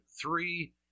three